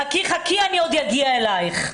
חכי, חכי, אני עוד אגיע אליך".